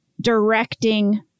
directing